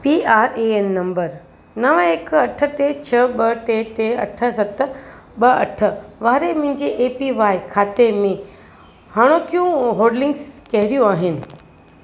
P R A N number नव हिकु अठ टे छह ॿ टे टे अठ सत ॿ अठ वारे मुंहिंजे ए पी वाए खाते में हाणोकियूं होल्डिंगस कहिड़ियूं आहिनि